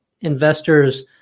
investors